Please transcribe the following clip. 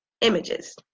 images